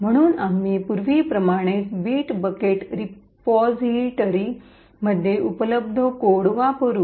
म्हणून आम्ही पूर्वीप्रमाणेच बिट बकेट रिपॉझिटरी मध्ये उपलब्ध कोड वापरू